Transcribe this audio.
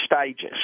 stages